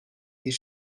bir